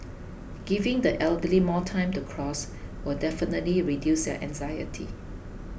giving the elderly more time to cross will definitely reduce their anxiety